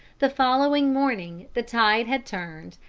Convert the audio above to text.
the following morning the tide had turned,